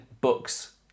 books